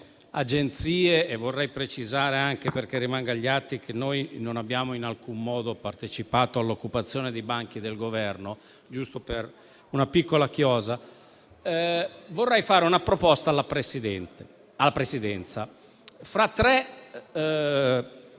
agenzie e vorrei precisare, anche perché rimanga agli atti, che noi non abbiamo in alcun modo partecipato all'occupazione dei banchi del Governo, giusto per una piccola chiosa - volevo fare una proposta, che faccio